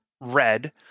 red